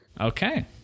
Okay